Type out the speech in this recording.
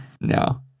no